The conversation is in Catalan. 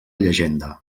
llegenda